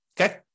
Okay